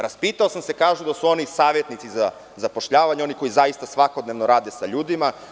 Raspitao sam se, kažu da su oni savetnici za zapošljavanje, oni koji zaista svakodnevno rade sa ljudima.